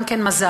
גם כן מזל,